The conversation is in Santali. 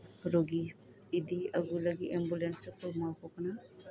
ᱨᱳᱜᱤ ᱤᱫᱤ ᱟᱜᱩ ᱨᱮᱭᱟᱜ ᱦᱚᱸ ᱮᱢᱵᱩᱞᱮᱸᱥ ᱦᱚᱸᱠᱚ ᱮᱢᱟᱣ ᱠᱚ ᱠᱟᱱᱟ